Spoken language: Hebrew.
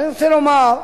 אבל אני רוצה לומר,